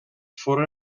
foren